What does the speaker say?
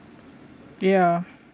ya